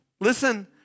listen